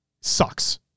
sucks